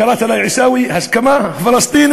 איך קראת לה, עיסאווי, ההסכמה הפלסטינית,